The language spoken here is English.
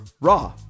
raw